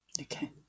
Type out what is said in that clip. Okay